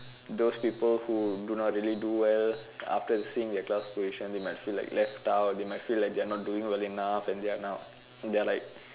those people who do not really do well after seeing their class position they might feel like left out they might feel like they are not doing well enough and they are they are like